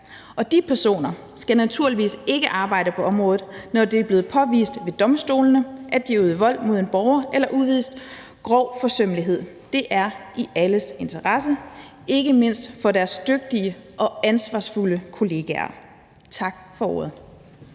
og de personer skal naturligvis ikke arbejde på området, når det er blevet påvist ved domstolene, at de har øvet vold mod en borger eller udvist grov forsømmelighed. Det er i alles interesse, ikke mindst deres dygtige og ansvarsfulde kollegaers. Tak for ordet.